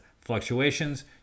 fluctuations